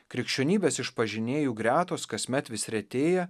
krikščionybės išpažinėjų gretos kasmet vis retėja